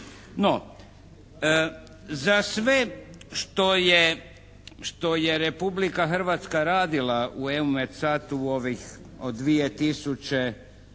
što je, što je Republika Hrvatska radila u «Eumetstatu» u ovih od 2002.